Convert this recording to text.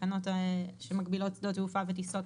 תקנות שמגבילות שדות תעופה וטיסות,